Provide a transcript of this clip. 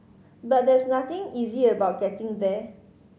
but there's nothing easy about getting there